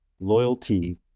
loyalty